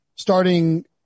starting